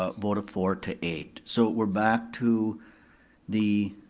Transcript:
a vote of four to eight. so we're back to the